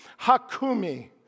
Hakumi